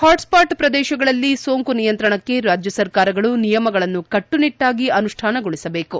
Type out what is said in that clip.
hot spot ಪ್ರದೇಶಗಳಲ್ಲಿ ಸೋಂಕು ನಿಯಂತ್ರಣಕ್ಕೆ ರಾಜ್ಯ ಸರ್ಕಾರಗಳು ನಿಯಮಗಳನ್ನು ಕಟ್ಟು ನಿಟ್ಟಾಗಿ ಅನುಷ್ಠಾನಗೊಳಿಸಬೇಕು